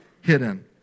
hidden